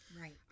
right